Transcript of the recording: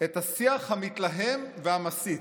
מהשיח המתלהם והמסית.